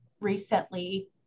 recently